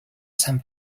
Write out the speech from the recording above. some